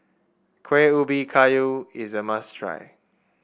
Kueh Ubi Kayu is a must try